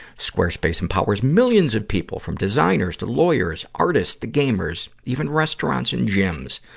sqaurespace empowers millions of people, from designers to lawyers, artists to gamers, even restaurants and gyms,